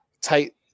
tight